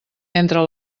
entre